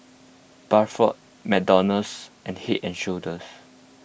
Bradford McDonald's and Head and Shoulders